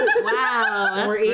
Wow